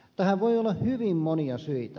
tähän voi olla hyvin monia syitä